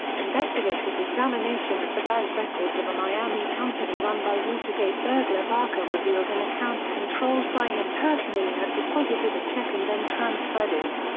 investigators' examination of the bank records of a miami company run by watergate burglar barker revealed an account controlled by him personally had deposited a check and then transferred it.